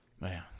man